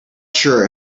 sure